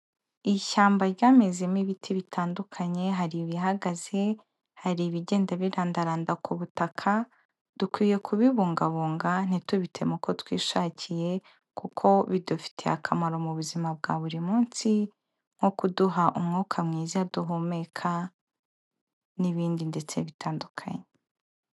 Ishyamba ryamezemo ibiti bitandukanye, hari ibihagaze, hari ibigenda birandaranda ku butaka, dukwiye kubibungabunga, ntitubiteme uko twishakiye kuko bidufitiye akamaro mu buzima bwa buri munsi, nko kuduha umwuka mwiza duhumeka n'ibindi ndetse bitandukanye.